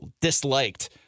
disliked